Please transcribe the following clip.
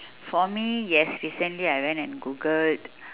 for me yes recently I went and googled